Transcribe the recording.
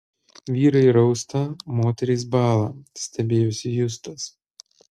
vyrai rausta moterys bąla stebėjosi justas